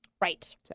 Right